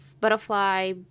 butterfly